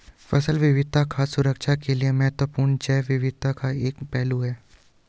फसल विविधता खाद्य सुरक्षा के लिए महत्वपूर्ण जैव विविधता का एक पहलू है